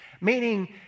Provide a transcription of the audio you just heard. Meaning